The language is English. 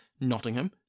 Nottingham